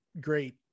great